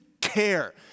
care